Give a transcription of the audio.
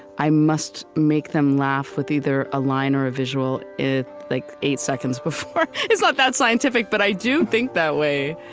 i must make them laugh with either a line or a visual like eight seconds before. it's not that scientific, but i do think that way,